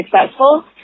successful